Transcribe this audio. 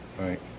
Right